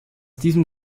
diesem